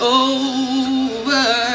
over